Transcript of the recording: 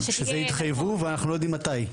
שזה התחייבו ואנחנו לא יודעים מתי.